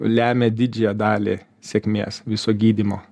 lemia didžiąją dalį sėkmės viso gydymo